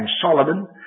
Solomon